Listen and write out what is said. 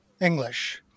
English